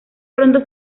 pronto